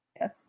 yes